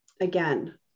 again